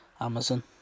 Amazon